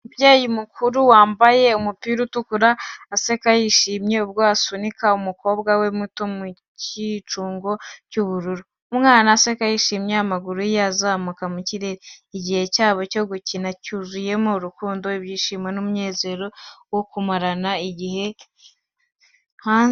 Umubyeyi mukuru wambaye umupira utukura, aseka yishimye, ubwo asunika umukobwa we muto ku cyicungo cy’ubururu. Umwana aseka yishimye, amaguru ye azamuka mu kirere. Igihe cyabo cyo gukina cyuzuyemo urukundo, ibyishimo n'umunezero wo kumarana igihe hanze.